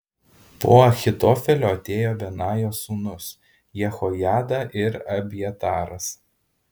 po ahitofelio atėjo benajo sūnus jehojada ir abjataras